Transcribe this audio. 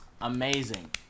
amazing